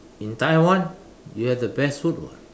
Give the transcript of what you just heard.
in Taiwan you have the best food [what]